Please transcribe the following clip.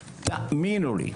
תאמינו לי.